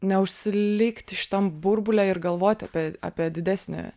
neužsilikti šitam burbule ir galvoti apie apie didesnį